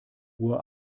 uhr